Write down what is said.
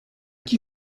qui